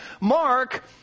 Mark